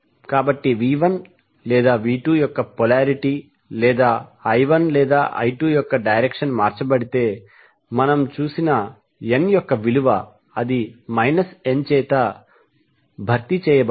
కాబట్టి V1 లేదా V2 యొక్క పొలారిటీ లేదా I1లేదా I2 యొక్క డైరెక్షన్ మార్చబడితే మనం చూసిన n యొక్క విలువ అది n చేత భర్తీ చేయబడాలి